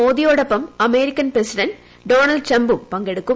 മോദിയോടൊപ്പം American president Donald ട്രംപും പങ്കെടുക്കും